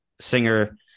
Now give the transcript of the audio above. singer